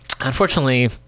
unfortunately